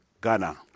Ghana